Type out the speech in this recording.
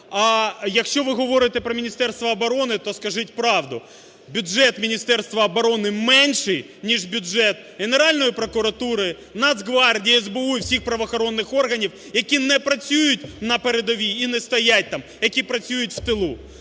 А якщо ви говорите про Міністерство оборони, то скажіть правду. Бюджет Міністерства оборони менший, ніж бюджет Генеральної прокуратури, Нацгвардії, СБУ і всіх правоохоронних органів, які не працюють на передовій і не стоять там, які працюють в тилу.